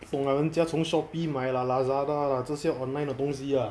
不懂 lah 人家从 shopee 买的 lazada 这些 online 的东西 ah